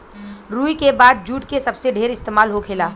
रुई के बाद जुट के सबसे ढेर इस्तेमाल होखेला